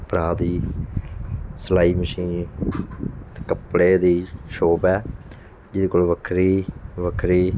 ਭਰਾ ਦੀ ਸਿਲਾਈ ਮਸ਼ੀਨ ਕੱਪੜੇ ਦੀ ਸ਼ੋਪ ਹੈ ਜਿਹਦੇ ਕੋਲ ਵੱਖਰੇ ਵੱਖਰੇ